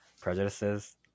prejudices